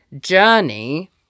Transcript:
journey